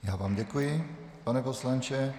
Já vám děkuji, pane poslanče.